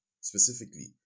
specifically